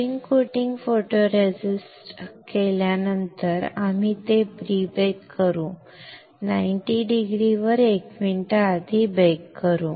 spin coating photoresist केल्यानंतर आम्ही ते प्री बेक करू 90 डिग्री 1 मिनिट आधी बेक करू